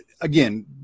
again